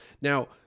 Now